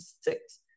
six